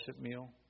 meal